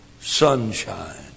sunshine